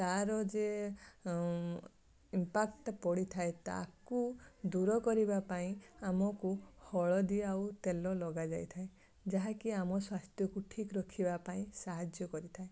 ତା'ର ଯେ ଇମ୍ପାକ୍ଟ ପଡ଼ିଥାଏ ତାକୁ ଦୂର କରିବା ପାଇଁ ଆମକୁ ହଳଦୀ ଆଉ ତେଲ ଲଗାଯାଇଥାଏ ଯାହାକି ଆମ ସ୍ୱାସ୍ଥ୍ୟକୁ ଠିକ୍ ରଖିବା ପାଇଁ ସାହାଯ୍ୟ କରିଥାଏ